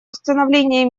установления